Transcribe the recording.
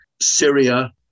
Syria